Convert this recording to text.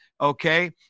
okay